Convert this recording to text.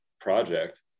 project